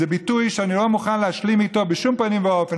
זה ביטוי שאני לא מוכן להשלים איתו בשום פנים ואופן.